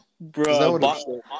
bro